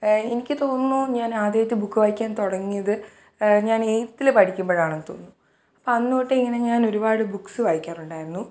എനിക്ക് തോന്നുന്നു ഞാനാദ്യമായിട്ട് ബുക്ക് വായിക്കാൻ തുടങ്ങിയത് ഞാൻ ഏയ്ത്തിൽ പഠിക്കുമ്പോഴാണെന്ന് തോന്നുന്നു അപ്പോൾ അന്ന് തൊട്ടിങ്ങനെ ഞാനൊരുപാട് ബുക്സസ് വായിക്കാറുണ്ടായിരുന്നു